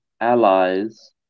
allies